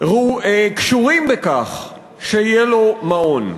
קשורים בכך שיהיה לו מעון.